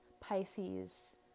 Pisces